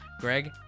Greg